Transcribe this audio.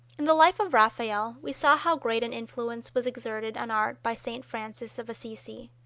in the life of raphael we saw how great an influence was exerted on art by st. francis of assisi.